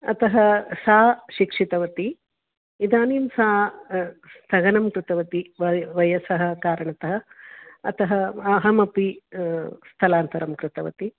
अतः सा शिक्षितवती इदानीं सा स्थगनं कृतवती व वयसः कारणतः अतः अहमपि स्थलान्तरं कृतवती